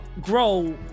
grow